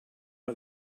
out